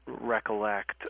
recollect